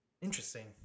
Interesting